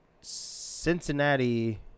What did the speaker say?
Cincinnati